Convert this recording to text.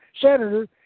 senator